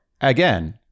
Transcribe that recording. again